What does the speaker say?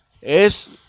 es